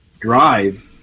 drive